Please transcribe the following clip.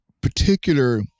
particular